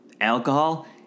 alcohol